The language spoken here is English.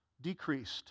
decreased